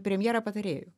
premjerą patarėju